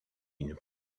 une